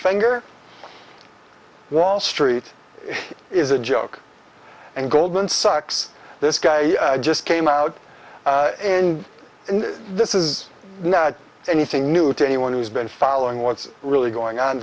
finger wall street is a joke and goldman sachs this guy just came out in and this is not anything new to anyone who's been following what's really going on